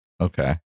Okay